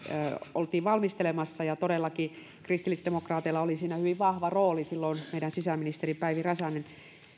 oltiin valmistelemassa ja todellakin kristillisdemokraateilla oli siinä hyvin vahva rooli silloin meidän sisäministeri päivi räsänen